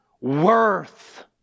worth